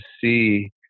see